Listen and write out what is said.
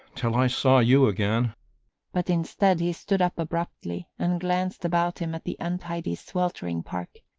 till i saw you again but instead he stood up abruptly and glanced about him at the untidy sweltering park.